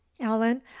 Alan